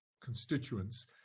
constituents